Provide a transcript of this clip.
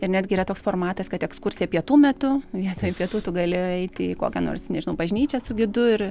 ir netgi yra toks formatas kad ekskursija pietų metu vietoj pietų tu gali eiti į kokią nors nežinau bažnyčią su gidu ir